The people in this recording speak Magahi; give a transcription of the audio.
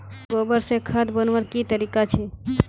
गोबर से खाद बनवार की तरीका छे?